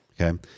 Okay